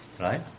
right